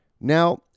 Now